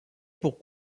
pour